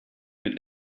mit